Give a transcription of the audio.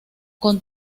con